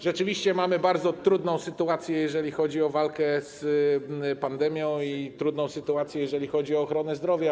Rzeczywiście mamy bardzo trudną sytuację, jeżeli chodzi o walkę z pandemią, i trudną sytuację, jeżeli chodzi o ochronę zdrowia.